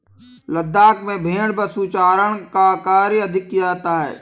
लद्दाख में भेड़ पशुचारण का कार्य अधिक किया जाता है